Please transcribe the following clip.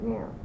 Now